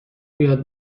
بیاد